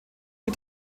die